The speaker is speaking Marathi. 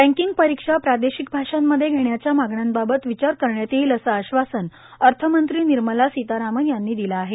बँकिंग परीक्षा क्षेत्रीय भाषांमध्ये घेण्याच्या मागण्यांबाबत विचार करण्यात येईल असं आश्वासन अर्थमंत्री निर्मला सीतारामन् यांनी दिलं आहे